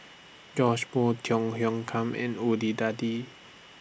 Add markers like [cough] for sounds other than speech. Joash Moo Tiong Khiam in [unintelligible]